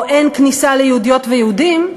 או "אין כניסה ליהודיות ויהודים".